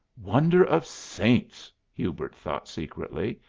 wonder of saints! hubert thought secretly,